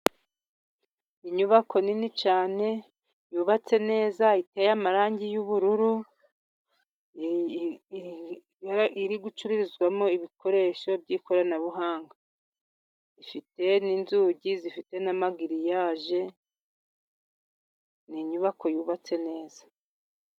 Inyubako nini cyane yubatse neza iteye amarangi y'ubururu, iri gucururizwamo ibikoresho by'ikoranabuhanga ifite n'inzugi zifite na magiriyaje, ni inyubako yubatse neza.